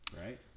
right